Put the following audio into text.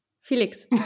Felix